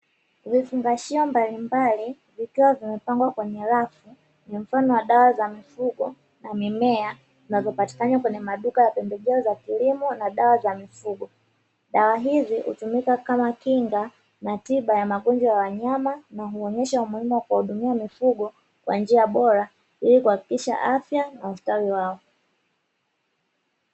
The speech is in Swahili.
Vifungashio mbalimbali vikiwa vimepangwa kwenye rafu, ni mfano wa dawa za mifugo na mimea zinazopatikana kwenye maduka ya pembejeo za kilimo na dawa za mifugo, dawa hizi hutumika kama kinga na tiba ya magonjwa ya wanyama, na huonyesha umuhimu wa kuwahudumia mifugo kwa njia bora, ili kuhakikisha afya na ustawi wao.